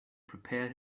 prepare